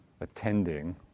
attending